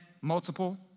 multiple